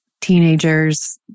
Teenagers